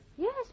Yes